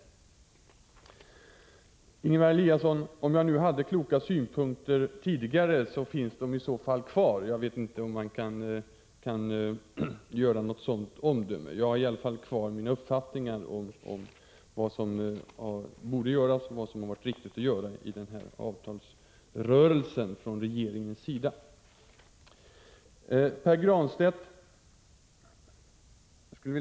Om jag nu, Ingemar Eliasson, framförde kloka synpunkter tidigare, står jag fortfarande för dem. Jag har i varje fall kvar min uppfattning om vad som borde göras och vad som varit riktigt att göra av regeringen under denna avtalsrörelse.